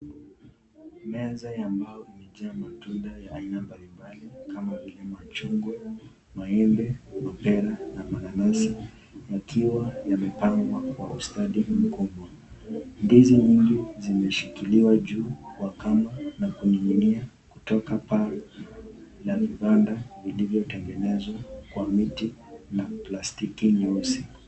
Meza ya mbao imejaa matunda ya aina mbalimbali kama vile machungwa, maembe, mapera na mananasi yakiwa yamepangwa kwa ustadi mbukwa. Ndizi nyingi zimeshikiliwa juu kwa kamba na kuning'inia kutoka paa la vibanda vilivyotengenezwa kwa miti na plastiki nyeusi.